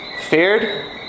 Feared